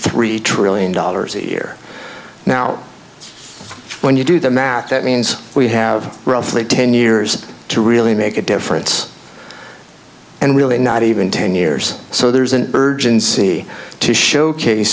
three trillion dollars a year now when you do the math that means we have roughly ten years to really make a difference and really not even ten years so there's an urgency to showcas